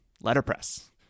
letterpress